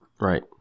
Right